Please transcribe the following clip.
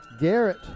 Garrett